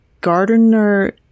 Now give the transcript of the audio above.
gardener